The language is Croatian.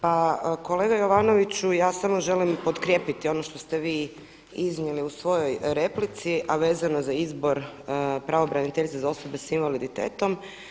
Pa kolega Jovanoviću ja samo želim potkrijepiti ono što ste vi iznijeli u svojoj replici, a vezano je za izbor pravobraniteljice za osobe s invaliditetom.